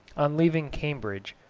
on leaving cambridge,